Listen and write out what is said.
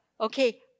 Okay